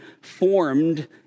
formed